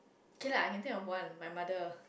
K lah I can think of one my mother